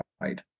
Right